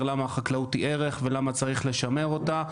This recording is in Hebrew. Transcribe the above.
למה החקלאות היא ערך ולמה צריך לשמר אותה.